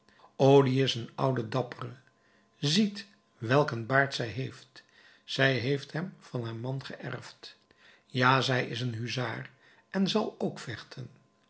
die is een oude dappere ziet welk een baard zij heeft zij heeft hem van haar man geërfd ja zij is een huzaar en zal ook vechten